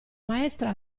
maestra